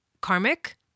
karmic